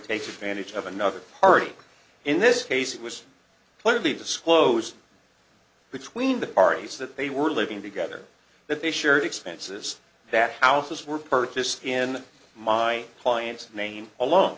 takes advantage of another party in this case it was politically disclosed between the parties that they were living together that they shared expenses that houses were purchased in my client's name alone